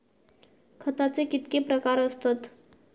खताचे कितके प्रकार असतत?